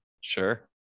Sure